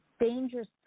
dangerous